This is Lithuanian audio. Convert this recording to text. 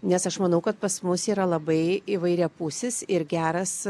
nes aš manau kad pas mus yra labai įvairiapusis ir geras